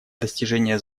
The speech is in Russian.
достижения